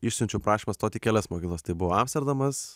išsiunčiau prašymą stoti į kelias mokyklas tai buvo amsterdamas